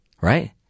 right